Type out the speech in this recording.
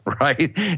right